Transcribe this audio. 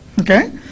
Okay